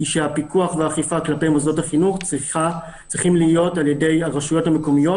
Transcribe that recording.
היא שהפיקוח והאכיפה כלפי מוסדות החינוך צריכים להיות מהרשויות המקומיות